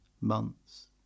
months